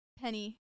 Penny